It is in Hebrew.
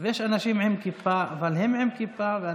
ויש אנשים עם כיפה אבל הם עם כיפה.